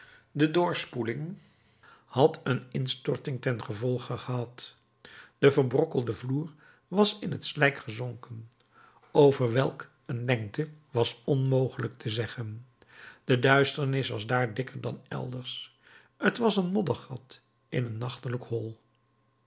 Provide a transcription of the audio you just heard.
de doorspeling had een instorting ten gevolge gehad de verbrokkelde vloer was in het slijk gezonken over welk een lengte was onmogelijk te zeggen de duisternis was daar dikker dan elders t was een moddergat in een nachtelijk hol